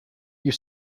you